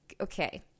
okay